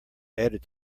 added